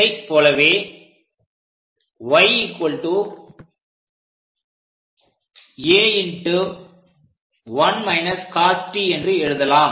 இதை போலவே y a என்று எழுதலாம்